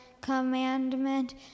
commandment